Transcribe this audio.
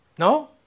No